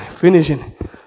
finishing